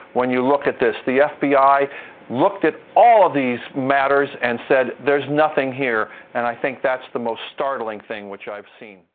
when you look at this. the fbi looked at all of these matters and said there is nothing here, and i think that's the most startling thing i have seen.